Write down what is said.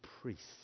priests